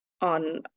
on